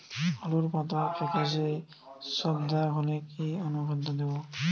আলুর পাতা ফেকাসে ছোপদাগ হলে কি অনুখাদ্য দেবো?